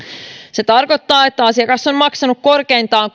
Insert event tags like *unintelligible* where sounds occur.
se tarkoittaa että asiakas on maksanut korkeintaan *unintelligible*